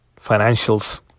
financials